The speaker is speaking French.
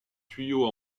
tuyaux